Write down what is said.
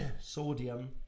sodium